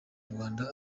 rwanda